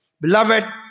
Beloved